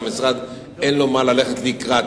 כי המשרד אין לו מה ללכת לקראת,